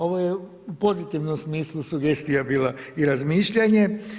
Ovo je u pozitivnom smislu sugestija bila i razmišljanje.